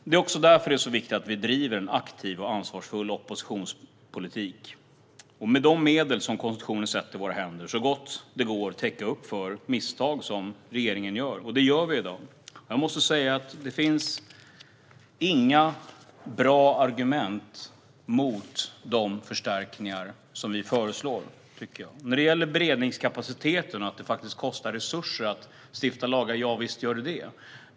Det är också därför det är så viktigt att vi driver en aktiv och ansvarsfull oppositionspolitik och med de medel som konstitutionen sätter i våra händer så gott det går täcker upp för de misstag regering gör. Det gör vi i dag. Det finns inga bra argument mot de förstärkningar som vi föreslår. När det gäller beredningskapaciteten och att det kostar resurser att stifta lagar - visst är det så.